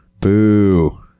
boo